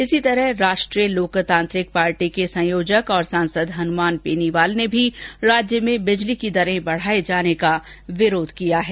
इसी तरह राष्ट्रीय लोकतांत्रिक पार्टी के संयोजक और सांसद हनुमान बेनीवाल ने भी राज्य में बिजली की दरें बढाने का विरोध किया है